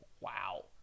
wow